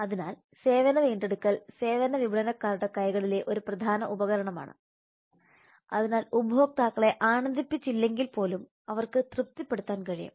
അതിനാൽ സേവന വീണ്ടെടുക്കൽ സേവന വിപണനക്കാരുടെ കൈകളിലെ ഒരു പ്രധാന ഉപകരണമാണ് അതിനാൽ ഉപഭോക്താക്കളെ ആനന്ദിപ്പിച്ചില്ലെങ്കിൽപോലും അവർക്ക് തൃപ്തിപ്പെടുത്താൻ കഴിയും